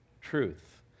truth